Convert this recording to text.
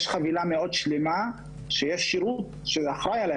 יש חבילה שלמה שהוא אחראי עליה,